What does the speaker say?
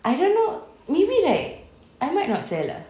I don't know maybe like I might not sell lah